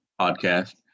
podcast